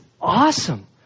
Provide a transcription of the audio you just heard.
awesome